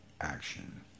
action